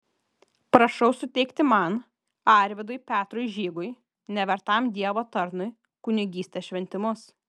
prašau suteikti man arvydui petrui žygui nevertam dievo tarnui kunigystės šventimus